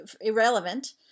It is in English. irrelevant